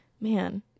man